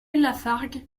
lafargue